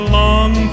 long